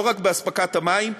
לא רק באספקת המים,